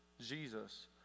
Jesus